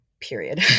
period